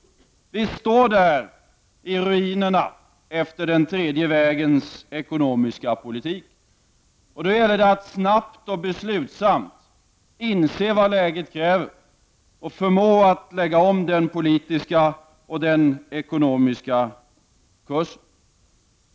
Nu står vi i ruinerna efter den tredje vägens ekonomiska politik. Det gäller att inse vad läget kräver och snabbt och beslutsamt förmå sig att lägga om den politiska och ekonomiska kursen.